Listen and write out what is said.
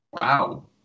Wow